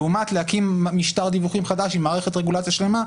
לעומת להקים משטר דיווחים חדש עם מערכת רגולציה שלמה,